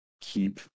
keep